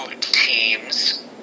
teams